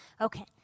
Okay